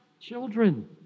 children